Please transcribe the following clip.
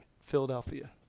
Philadelphia